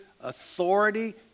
authority